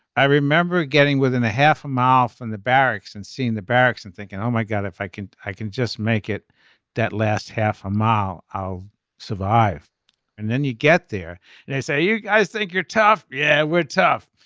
i remember getting within a half a mile from the barracks and seeing the barracks and thinking oh my god if i can i can just make it that last half a mile i'll survive and then you get there and i say you guys think you're tough. yeah we're tough.